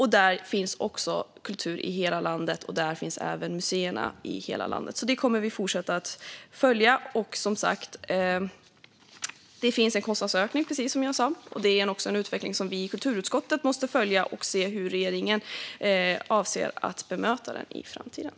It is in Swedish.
Här finns också kultur i hela landet och museerna i hela landet med. Detta kommer vi alltså att fortsätta att följa. Det finns som sagt en kostnadsökning, och vi i kulturutskottet måste följa denna utveckling och se hur regeringen avser att bemöta den framöver.